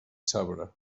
sabre